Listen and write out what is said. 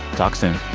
talk soon